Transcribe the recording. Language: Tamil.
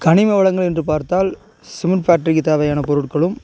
கனிம வளங்கள் என்று பார்த்தால் சிமெண்ட் ஃபேக்ட்ரிக்கு தேவையான பொருட்களும்